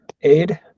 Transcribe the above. aid